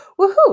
woohoo